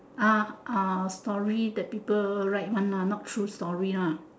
ah ah story that people write one ah not true story lah